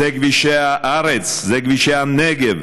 זה כבישי הארץ, זה כבישי הנגב.